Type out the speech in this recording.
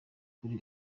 kuri